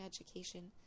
education